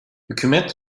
hükümet